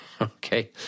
Okay